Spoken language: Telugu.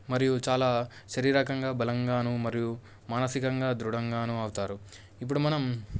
మరియు చాలా శారీరకంగా బలంగాను మరియు మానసికంగా దృఢంగాను అవుతారు ఇప్పుడు మనం